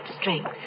strength